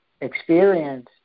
experience